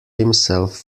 himself